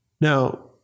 Now